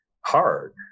hard